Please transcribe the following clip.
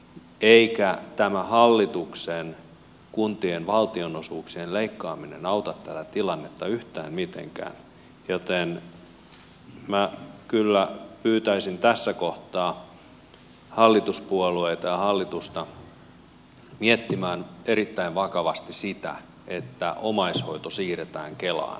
eikä tämä hallituksen kuntien valtionosuuksien leikkaaminen auta tätä tilannetta yhtään mitenkään joten minä kyllä pyytäisin tässä kohtaa hallituspuolueita ja hallitusta miettimään erittäin vakavasti sitä että omaishoito siirretään kelaan